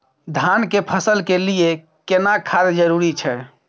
धान के फसल के लिये केना खाद जरूरी छै?